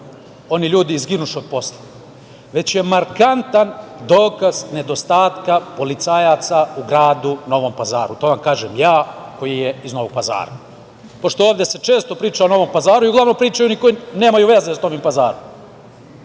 oni ljudi izginuše od posla, već je markantan dokaz nedostatka policajaca u gradu Novom Pazaru. To vam kažem ja, koji je iz Novog Pazara. Pošto se ovde često priča o Novom Pazaru, i uglavnom pričaju oni koji nemaju veze sa Novim Pazarom. Još